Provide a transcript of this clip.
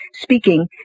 speaking